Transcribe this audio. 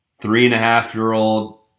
three-and-a-half-year-old